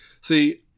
See